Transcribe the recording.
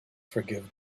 forgive